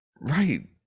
right